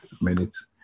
minutes